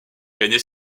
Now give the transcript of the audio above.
gagner